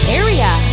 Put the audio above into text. area